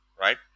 right